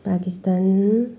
Pakistan